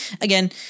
Again